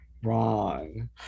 Wrong